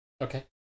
Okay